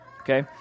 okay